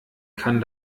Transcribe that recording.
kann